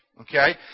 Okay